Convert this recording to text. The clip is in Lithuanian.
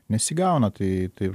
nesigauna tai taip